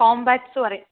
compacts പറയും